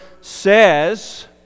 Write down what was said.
says